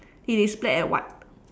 it is black and white